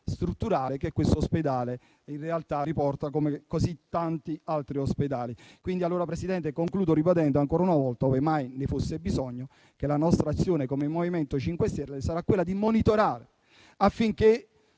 strutturali che esso riporta, così come tanti altri ospedali. Signor Presidente, concludo ribadendo ancora una volta, ove mai ce ne fosse bisogno, che la nostra azione, come MoVimento 5 Stelle, sarà quella di monitorare affinché